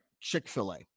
Chick-fil-A